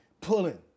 pulling